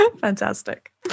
fantastic